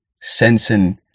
Sensing